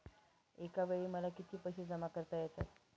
एकावेळी मला किती पैसे जमा करता येतात?